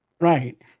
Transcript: Right